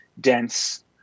dense